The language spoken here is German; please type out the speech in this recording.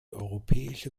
europäische